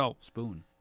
Spoon